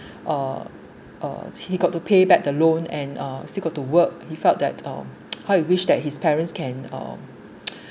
uh uh he got to pay back the loan and uh still got to work he felt that uh how you wish that his parents can um